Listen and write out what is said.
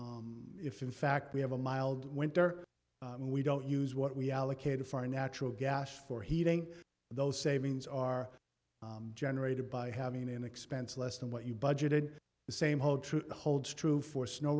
if in fact we have a mild winter when we don't use what we allocated for natural gas for heating those savings are generated by having an expense less than what you budgeted the same hold true holds true for snow